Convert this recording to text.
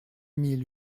mille